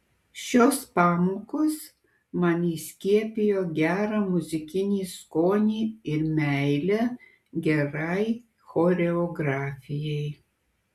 šios pamokos man įskiepijo gerą muzikinį skonį ir meilę gerai choreografijai